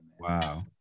Wow